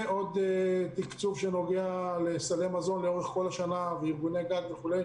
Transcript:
ועוד תקצוב שנוגע לסלי מזון לאורך כל השנה וארגוני גג וכו',